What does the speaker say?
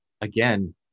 again